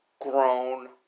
grown